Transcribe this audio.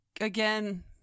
again